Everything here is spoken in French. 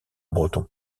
breton